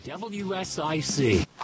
WSIC